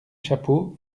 chapeaux